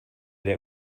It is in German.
der